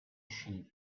sheep